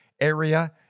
area